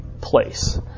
place